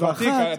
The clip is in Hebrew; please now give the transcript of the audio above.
העשרים-ואחת,